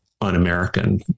un-American